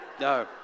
No